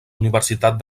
universitat